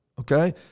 Okay